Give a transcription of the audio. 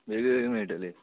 वेगळे मेळटले